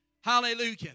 Hallelujah